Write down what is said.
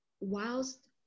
whilst